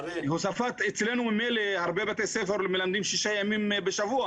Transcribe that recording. אצלנו הרבה בתי ספר מלמדים שישה ימים בשבוע